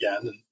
again